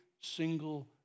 single